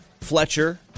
Fletcher